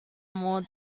more